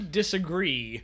disagree